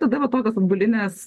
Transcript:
tada va tokios atbulinės